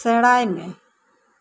ᱥᱮᱬᱟᱭ ᱢᱮ